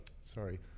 sorry